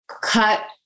cut